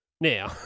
Now